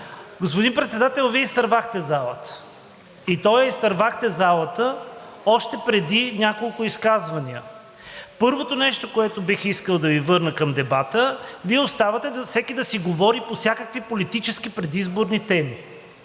Господин Председател, Вие изтървахте залата, и то я изтървахте още преди няколко изказвания. Първото нещо, с което бих искал да Ви върна към дебата, Вие оставяте всеки да си говори по всякакви политически предизборни теми